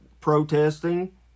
protesting